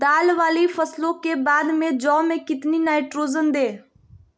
दाल वाली फसलों के बाद में जौ में कितनी नाइट्रोजन दें?